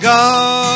God